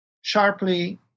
sharply